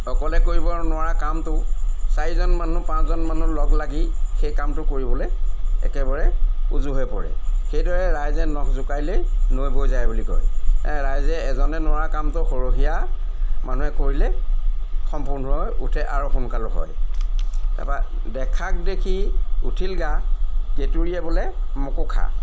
অকলে কৰিব নোৱাৰা কামটো চাৰিজন মানুহ পাঁচজন মানুহ লগ লাগি সেই কামটো কৰিবলে একেবাৰে উজু হৈ পৰে সেইদৰে ৰাইজে নখ জোকাৰিলেই নৈ বৈ যায় বুলি কয় ৰাইজে এজনে নোৱাৰা কামটো সৰহীয়া মানুহে কৰিলে সম্পূৰ্ণ হৈ উঠে আৰু সোনকালো হয় তাৰ পৰা দেখাক দেখি উঠিল গা কেঁতুৰীয়ে বোলে মোকো খা